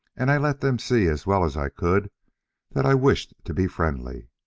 and i let them see as well as i could that i wished to be friendly.